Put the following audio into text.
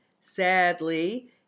Sadly